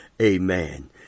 Amen